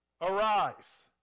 arise